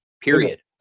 period